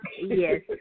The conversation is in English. Yes